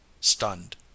stunned